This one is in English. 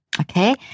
Okay